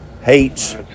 hates